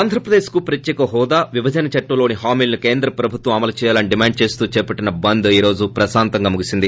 ఆంధ్రప్రదేశ్కు ప్రత్యేక హోదా విభజన చట్టంలోని హామీలను కేంద్ర ప్రభుత్వం అమలుచేయాలని డిమాండ్ చేస్తూ చేపట్టిన బంద్ ప్రశాంతంగా ముగిసింది